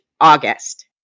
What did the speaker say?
August